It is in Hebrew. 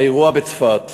האירוע בצפת,